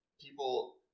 People